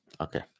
Okay